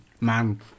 Man